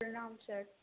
प्रणाम सर